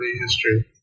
history